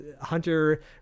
Hunter